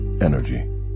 energy